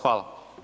Hvala.